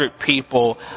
people